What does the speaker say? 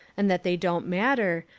and that they don't matter,